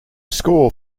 score